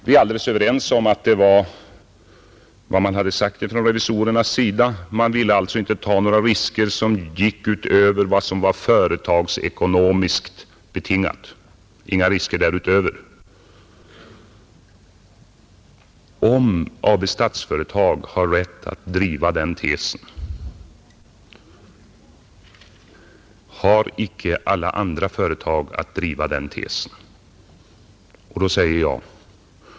Vi är helt överens om vad man hade sagt ifrån revisorernas sida. Man ville alltså inte ta några risker som gick utöver vad som var företagsekonomiskt betingat. Men om Statsföretag AB har rätt att driva den tesen, har icke alla andra företag rätt att göra det?